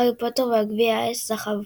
הארי פוטר וגביע האש זכה בפרס.